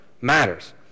matters